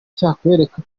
cyakwereka